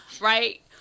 Right